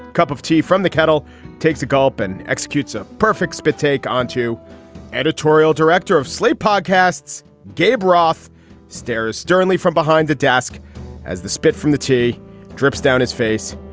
cup of tea from the kettle takes a gulp and executes a perfect spit take onto editorial director of slate podcasts gabe roth stares sternly from behind the desk as the spit from the tea drips down his face.